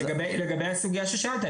ולגבי הסוגיה ששאלת,